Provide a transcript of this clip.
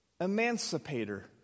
Emancipator